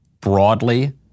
broadly